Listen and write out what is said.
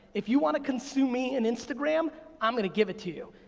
if you wanna consume me in instagram, i'm gonna give it to you.